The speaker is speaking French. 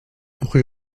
rue